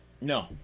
No